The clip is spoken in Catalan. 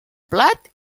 plat